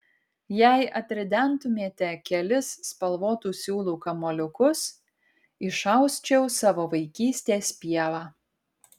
jei atridentumėte kelis spalvotų siūlų kamuoliukus išausčiau savo vaikystės pievą